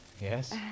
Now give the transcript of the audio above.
Yes